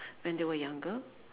when they were younger